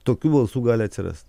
tokių balsų gali atsirast